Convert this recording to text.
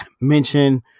Mention